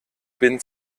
bin